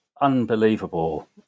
unbelievable